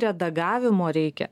redagavimo reikia